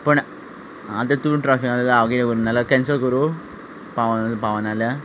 पूण आतां तूं ट्राफिकां आसा जाल्यार हांव किदें करूं नाजाल्यार कन्सल करूंक पावना पावना जाल्यार